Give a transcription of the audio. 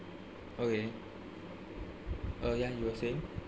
okay oh ya you were saying